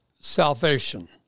salvation